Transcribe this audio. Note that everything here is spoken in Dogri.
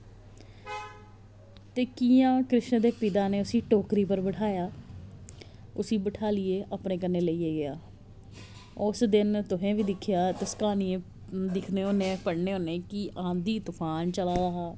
ते कि'यां हून कृष्ण दे पिता ने उसी टोकरी उप्पर बैठाया उसी बठालियै अपने कन्नै लेइयै गया उस दिन तुसें बी दिक्खेआ तुस क्हानियां दिक्खने होने पढ़ने होने कि आंधी तुफान चला दा हा